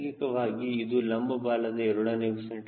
ನೈಸರ್ಗಿಕವಾಗಿ ಇದು ಲಂಬ ಬಾಲದ a